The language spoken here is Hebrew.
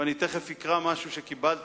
אני תיכף אקרא משהו שקיבלתי,